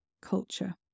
Culture